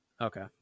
Okay